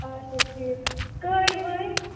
اچھا ٹھیٖک کٔرۍ ؤرۍ